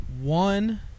one